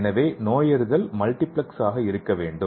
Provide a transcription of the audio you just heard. எனவே நோயறிதல் மல்டிபிளக்ஸ் ஆக இருக்க வேண்டும்